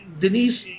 Denise